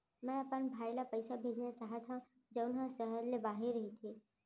मै अपन भाई ला पइसा भेजना चाहत हव जऊन हा सहर ले बाहिर रहीथे